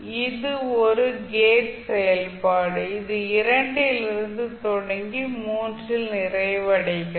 இது ஒரு கேட் செயல்பாடு இது இரண்டிலிருந்து தொடங்கி மூன்றில் நிறைவடைகிறது